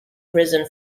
prison